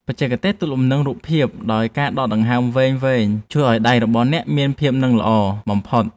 បច្ចេកទេសទប់លំនឹងរូបភាពដោយការដកដង្ហើមវែងៗជួយឱ្យដៃរបស់អ្នកមានភាពនឹងល្អបំផុត។